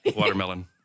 Watermelon